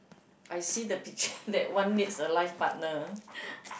I see the picture that one needs a life partner